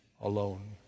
alone